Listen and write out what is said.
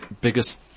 biggest